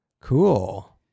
Cool